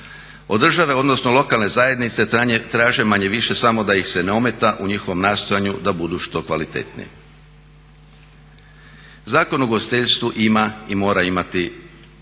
Od države, odnosno lokalne zajednice traže manje-više samo da ih se ne ometa u njihovom nastojanju da budu što kvalitetniji. Zakon o ugostiteljstvu ima i mora imati svoju